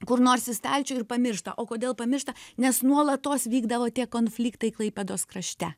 kur nors į stalčių ir pamiršta o kodėl pamiršta nes nuolatos vykdavo tie konfliktai klaipėdos krašte